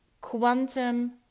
quantum